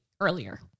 earlier